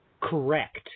Correct